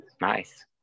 nice